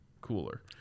cooler